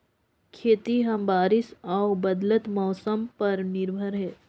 खेती ह बारिश अऊ बदलत मौसम पर निर्भर हे